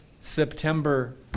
September